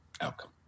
outcome